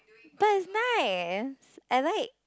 but it's nice I like